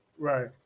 Right